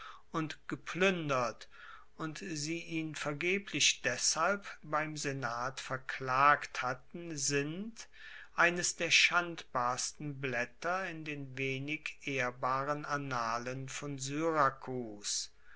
und gepluendert und sie ihn vergeblich deshalb beim senat verklagt hatten sind eines der schandbarsten blaetter in den wenig ehrbaren annalen von syrakus